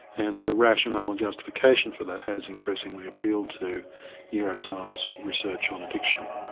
and the rationale and justification for that has increasingly appealed to neuroscience research on addiction.